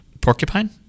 porcupine